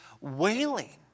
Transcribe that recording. wailing